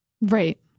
Right